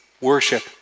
worship